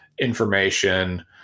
information